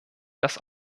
dass